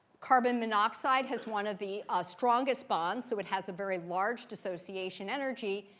carbon monoxide has one of the ah strongest bonds, so it has a very large dissociation energy.